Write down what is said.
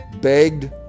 begged